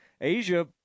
Asia